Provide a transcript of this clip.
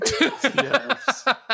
Yes